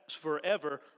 forever